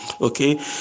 okay